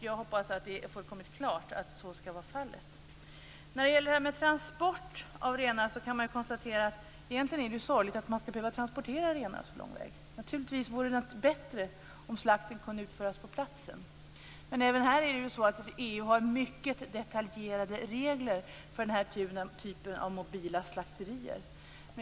Jag hoppas att det är fullkomligt klart att så skall vara fallet. När det gäller transport av renar kan man konstatera att det egentligen är sorgligt att behöva transportera renar så långa vägar. Naturligtvis vore det bättre om slakten kunde utföras på platsen. Även här har EU mycket detaljerade regler för mobila slakterier.